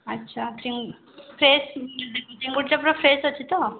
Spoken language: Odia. ଆଛା ଚିଙ୍ଗ ଫ୍ରେସ୍ ଚିଙ୍ଗୁଡ଼ି ଟା ପୁରା ଫ୍ରେସ୍ ଅଛି ତ